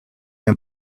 and